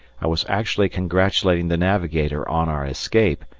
i was actually congratulating the navigator on our escape,